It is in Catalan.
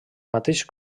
mateix